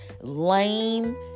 lame